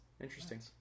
interesting